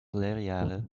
lekrjahre